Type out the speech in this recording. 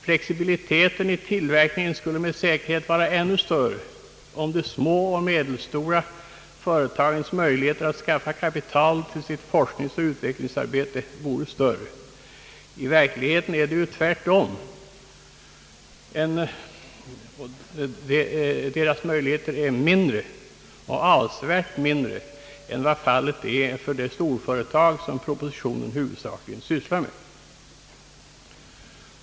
Flexibiliteten i tillverkningen skulle med säkerhet vara ännu större om de små och medelstora företagens möjligheter att skaffa kapital till sitt forskningsoch utvecklingsarbete vore bättre. I verkligheten är det ju tvärtom — deras möjligheter är mindre, och avsevärt mindre, än för de storföretag som propositionen huvudsakligen sysslar med.